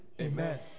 Amen